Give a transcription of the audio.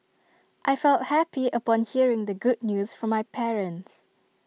I felt happy upon hearing the good news from my parents